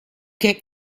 get